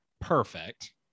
perfect